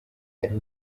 ari